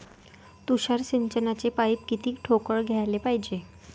तुषार सिंचनाचे पाइप किती ठोकळ घ्याले पायजे?